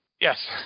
Yes